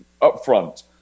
upfront